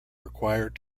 required